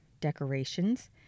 decorations